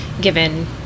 given